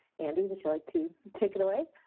andy, would you like to take it away?